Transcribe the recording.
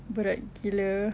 berat gila